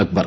Akbar